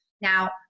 now